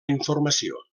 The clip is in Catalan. informació